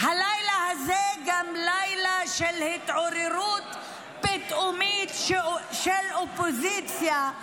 הלילה הזה הוא גם לילה של התעוררות פתאומית של אופוזיציה,